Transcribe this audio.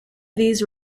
these